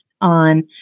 on